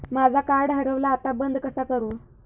माझा कार्ड हरवला आता बंद कसा करू?